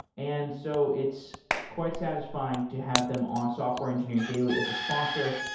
and so it's quite satisfying to have them on software engineering daily as a sponsor.